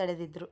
ತಡೆದಿದ್ರು